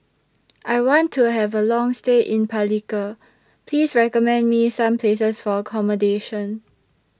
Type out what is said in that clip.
I want to Have A Long stay in Palikir Please recommend Me Some Places For accommodation